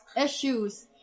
issues